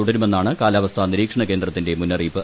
തുടരുമെന്നാണ് കാലാവസ്ഥ നിരീക്ഷണ കേന്ദ്രത്തിന്റെ മുന്നറിയിപ്പ്